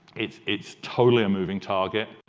it's it's totally a moving target.